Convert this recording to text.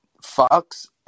Fox